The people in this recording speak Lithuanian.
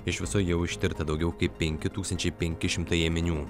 iš viso jau ištirta daugiau kaip penki tūkstančiai penki šimtai ėminių